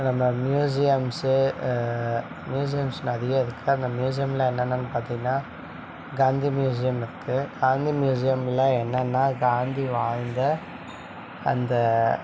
நம்ம museums museums நிறைய இருக்குது அந்த மியூசியமில் என்னென்னனு பார்த்திங்ன்னா காந்தி மியூசியம் இருக்குது காந்தி மியூசியமில் என்னெனா காந்தி வாழ்ந்த அந்த